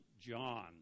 John